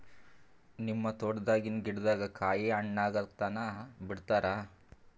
ನಿಮ್ಮ ತೋಟದಾಗಿನ್ ಗಿಡದಾಗ ಕಾಯಿ ಹಣ್ಣಾಗ ತನಾ ಬಿಡತೀರ?